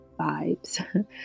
vibes